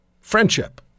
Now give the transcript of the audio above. friendship